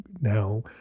Now